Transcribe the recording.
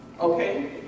Okay